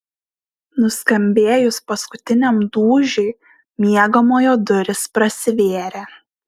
nuskambėjus paskutiniam dūžiui miegamojo durys prasivėrė